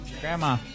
Grandma